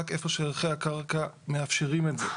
רק איפה שערכי הקרקע מאפשרים את זה.